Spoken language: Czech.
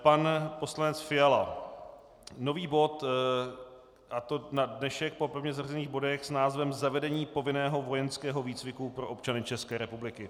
Pan poslanec Fiala nový bod, a to na dnešek po pevně zařazených bodech s názvem Zavedení povinného vojenského výcviku pro občany České republiky.